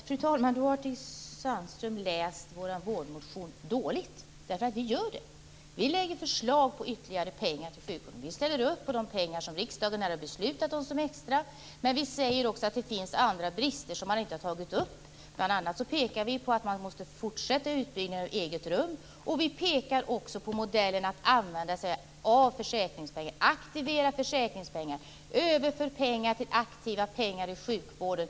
Fru talman! Då har Stig Sandström läst vår vårdmotion dåligt, därför att vi föreslår ytterligare pengar till sjukvården. Vi ställer upp på de extra pengar som riksdagen har beslutat om, men vi säger också att det finns brister som inte har tagits upp. Bl.a. pekar vi på att man måste fortsätta utbyggnaden av eget rum. Vi pekar också på modellen att använda sig av försäkringspengar, aktivera försäkringspengar och överföra pengar till aktiva pengar i sjukvården.